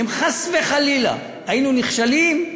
אם חס וחלילה היינו נכשלים,